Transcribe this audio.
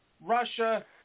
Russia